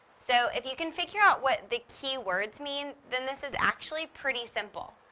so, if you can figure out what the key words mean, then this is, actually, pretty simple.